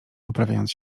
poprawiając